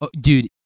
dude